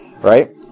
right